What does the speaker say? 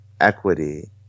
equity